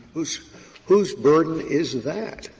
whose whose burden is that?